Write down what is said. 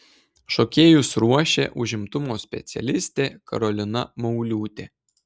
šokėjus ruošė užimtumo specialistė karolina mauliūtė